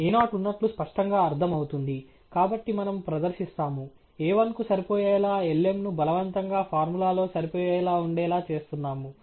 a0 ఉన్నట్లు స్పష్టంగా అర్ధం అవుతుంది కాబట్టి మనము ప్రదర్శిస్తాము a1 కు సరిపోయేలా lm ను బలవంతం గా ఫార్ములాలో సరిపోయేలా ఉండేలా చేస్తున్నాము